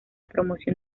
promoción